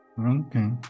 Okay